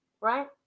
right